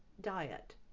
diet